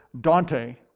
Dante